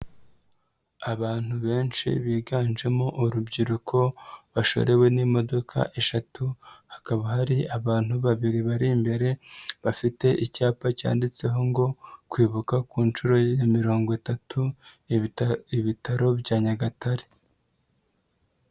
Abantu benshi biganjemo urubyiruko, bashorewe n'imodoka eshatu, hakaba hari abantu babiri bari imbere, bafite icyapa cyanditseho ngo kwibuka ku nshuro ya mirongo itatu, ibitaro bya Nyagatare.